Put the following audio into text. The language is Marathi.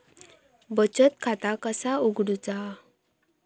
बचत खाता कसा उघडूचा?